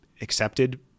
accepted